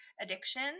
addiction